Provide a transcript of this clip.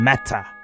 Matter